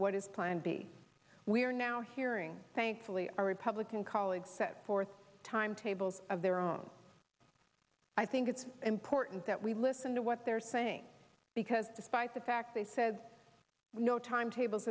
what is plan b we are now hearing thankfully our republican colleagues set forth timetables of their own i think it's important that we listen to what they're saying because despite the fact they said no timetables